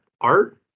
art